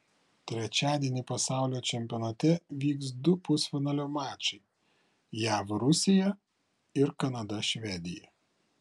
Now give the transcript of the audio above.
trečiadienį pasaulio čempionate vyks du pusfinalio mačai jav rusija ir kanada švedija